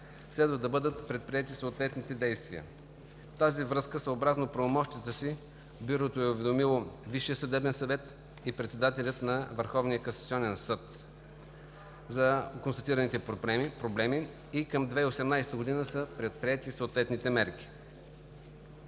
следва да бъдат предприети съответните действия. В тази връзка съобразно правомощията си Бюрото е уведомило Висшия съдебен съвет и председателя на Върховния касационен съд за констатираните проблеми и към 2018 г. са предприети съответните мерки.